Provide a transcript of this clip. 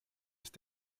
ist